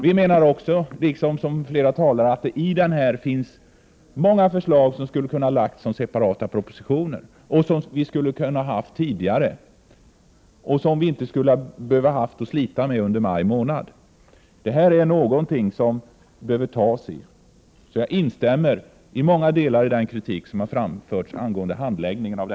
Vi menar också, som flera andra, att många av förslagen skulle ha kunnat framläggas i separata propositioner som vi kunde ha fått tidigare och inte behövt slita med dem under maj månad.